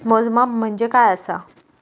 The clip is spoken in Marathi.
मोजमाप म्हणजे काय असा?